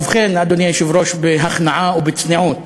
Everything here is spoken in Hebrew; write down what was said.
ובכן, אדוני היושב-ראש, בהכנעה ובצניעות,